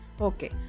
Okay